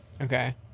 Okay